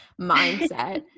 mindset